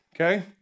okay